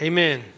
Amen